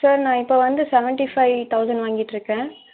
sir நான் இப்போ வந்து சவன்ட்டி ஃபை தௌசண்ட் வாங்கிட்டுருக்கேன்